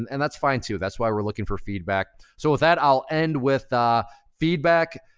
and that's fine, too. that's why we're looking for feedback. so with that, i'll end with ah feedback,